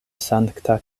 sankta